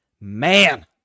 Man